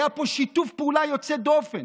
היה פה שיתוף פעולה יוצא דופן,